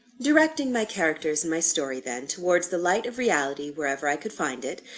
directing my characters and my story, then, towards the light of reality wherever i could find it,